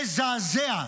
מזעזע,